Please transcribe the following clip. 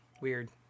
weird